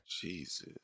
Jesus